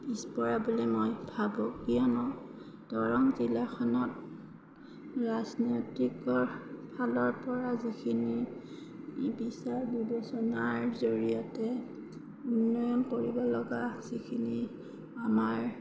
পিছপৰা বুলি মই ভাবোঁ কিয়নো দৰং জিলাখনত ৰাজনৈতিকৰ ফালৰ পৰা যিখিনি বিচাৰ বিবেচনাৰ জৰিয়তে উন্নয়ন কৰিব লগা যিখিনি আমাৰ